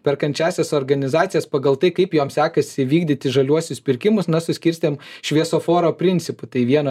perkančiąsias organizacijas pagal tai kaip joms sekasi vykdyti žaliuosius pirkimus na suskirstėm šviesoforo principu tai viena